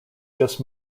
just